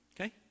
Okay